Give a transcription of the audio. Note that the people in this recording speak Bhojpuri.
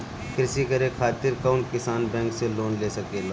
कृषी करे खातिर कउन किसान बैंक से लोन ले सकेला?